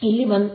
ಇದು 1